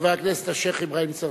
חבר הכנסת השיח' אברהים צרצור.